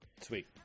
Sweet